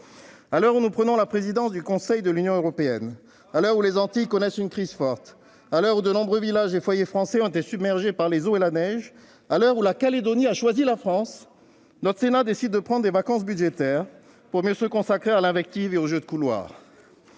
À l'heure où nous prenons la présidence du Conseil de l'Union européenne, à l'heure où les Antilles connaissent une crise forte, à l'heure où de nombreux villages et foyers français ont été submergés par les eaux et la neige, à l'heure où la Nouvelle-Calédonie a choisi la France, ... À l'heure de la campagne électorale !... le Sénat décide de prendre des vacances budgétaires, pour mieux se consacrer à l'invective et aux jeux de couloirs